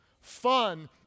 Fun